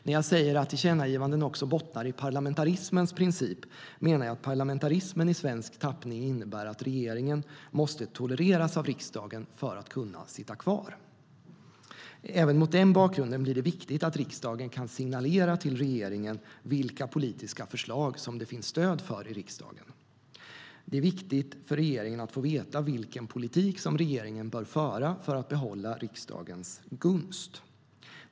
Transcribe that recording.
När jag säger att tillkännagivanden också bottnar i parlamentarismens princip menar jag att parlamentarismen i svensk tappning innebär att regeringen måste tolereras av riksdagen för att kunna sitta kvar. Även mot den bakgrunden blir det viktigt att riksdagen kan signalera till regeringen vilka politiska förslag som det finns stöd för i riksdagen. Det är viktigt för regeringen att få veta vilken politik som man bör föra för att behålla riksdagens gunst.